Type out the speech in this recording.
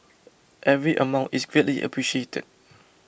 every amount is greatly appreciated